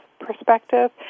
perspective